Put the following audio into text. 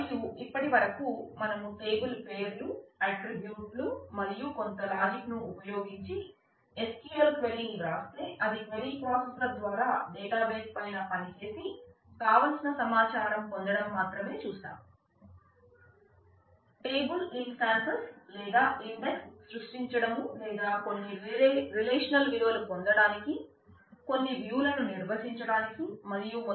మరియు ఇప్పటి వరకు మనం టేబుల్ పేర్లుపైన పని చేసి కావలసిన సమాచారం పొందడము మాత్రమే చూసాము